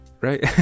right